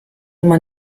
man